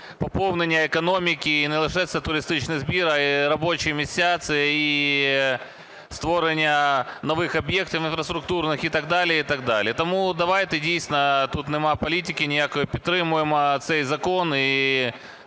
поповнення економіки і не лише це туристичний збір, а і робочі місця, це і створення нових об'єктів інфраструктурних, і так далі. Тому давайте, дійсно, тут нема політики ніякої, підтримаємо цей закон